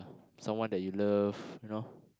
someone that you love you know